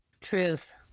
Truth